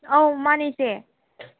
ꯑꯧ ꯃꯥꯅꯤ ꯏꯆꯦ